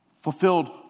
fulfilled